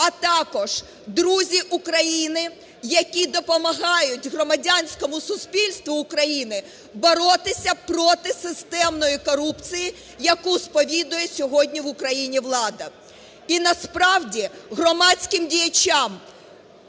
а також друзі України, які допомагають громадянському суспільству України боротися проти системної корупції, яку сповідує сьогодні в Україні влада. І насправді, громадським діячам,